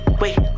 wait